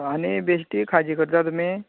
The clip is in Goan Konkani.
आनी बेश्टी खाजी करता तुमी